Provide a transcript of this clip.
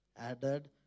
added